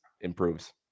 improves